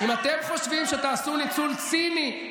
אם אילת חשובה לכם,